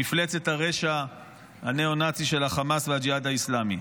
מפלצת הרשע הניאו-נאצית של החמאס והג'יהאד האסלאמי.